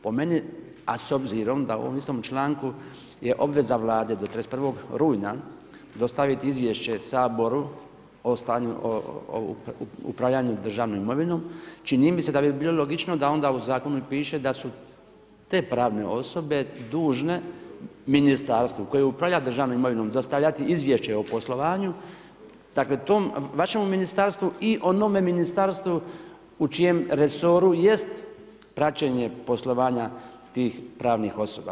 Po meni, a s obzirom da u ovom istom članku je obveza Vlade do 31. rujna dostaviti izvješće Saboru o upravljanju državnom imovinom, čini mi se da bi bilo logično da onda u zakonu i piše da su te pravne osobe dužne ministarstvu koje upravlja državnom imovinom dostavljati izvješće o poslovanju, dakle tom vašemu ministarstvu i onome ministarstvu u čijem resoru jest praćenje poslovanja tih pravnih osoba.